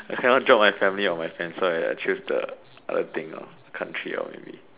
I cannot drop my family or my friends so I I choose the other thing country maybe